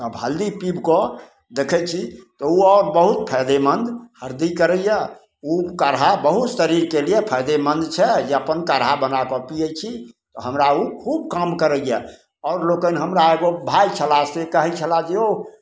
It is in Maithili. तब हल्दी पीबिकऽ देखै छी तऽ ओ आओर बहुत फायदेमन्द हरदि करैए ओ काढ़ा बहुत शरीरके लिए फायदेमन्द छै अपन काढ़ा बनाकऽ पिए छी हमरा ओ खूब काम करैए आओर लोकनि हमरा एगो भाइ छलाह से कहै छलाह जे यौ